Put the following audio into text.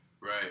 Right